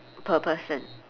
per person